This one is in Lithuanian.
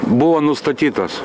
buvo nustatytas